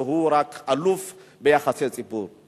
שהוא רק אלוף ביחסי ציבור.